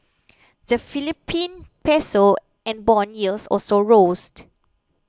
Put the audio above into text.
the Philippine piso and bond yields also roast